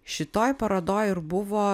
šitoj parodoj ir buvo